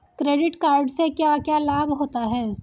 Credit card से क्या क्या लाभ होता है?